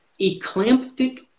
eclamptic